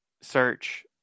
search